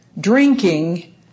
drinking